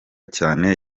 cyane